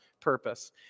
purpose